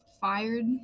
Fired